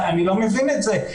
אני לא מבין את זה.